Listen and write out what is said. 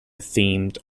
themed